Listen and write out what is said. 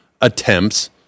attempts